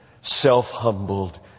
self-humbled